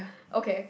okay